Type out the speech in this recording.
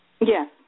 Yes